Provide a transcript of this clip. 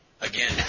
Again